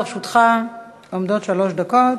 לרשותך עומדות שלוש דקות.